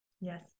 Yes